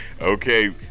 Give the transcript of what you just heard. Okay